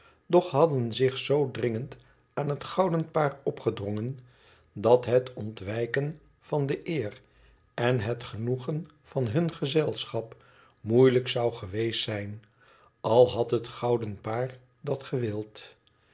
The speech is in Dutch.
doch hadden zich zoo dringend aan het gouden paar opgedrongen dat het ontwijken van de eer en het genoegen van hun gezelschap moeilijk zou geweest zijn al had het gouden paar dat